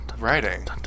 Writing